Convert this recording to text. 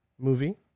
movie